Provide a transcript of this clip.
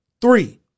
Three